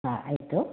ಹಾಂ ಆಯಿತು